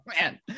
man